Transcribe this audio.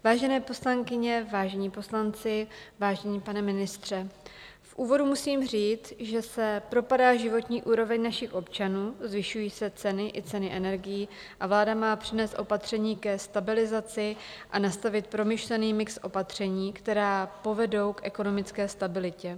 Vážené poslankyně, vážení poslanci, vážený pane ministře, v úvodu musím říct, že se propadá životní úroveň našich občanů, zvyšují se ceny i ceny energií a vláda má přinést opatření ke stabilizaci a nastavit promyšlený mix opatření, která povedou k ekonomické stabilitě.